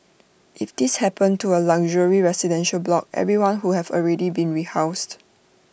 if this happened to A luxury residential block everyone who have already been rehoused